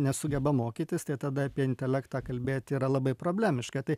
nesugeba mokytis tai tada apie intelektą kalbėt yra labai problemiška tai